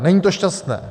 Není to šťastné!